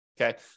okay